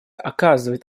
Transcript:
оказывает